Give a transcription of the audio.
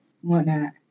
whatnot